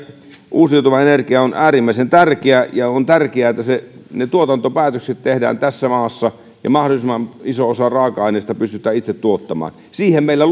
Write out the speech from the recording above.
uusiutuva energia on äärimmäisen tärkeää ja on tärkeää että ne tuotantopäätökset tehdään tässä maassa ja mahdollisimman iso osa raaka aineista pystytään itse tuottamaan siihen meillä